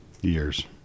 years